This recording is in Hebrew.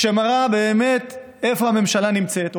שמראים באמת איפה הממשלה נמצאת,